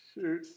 shoot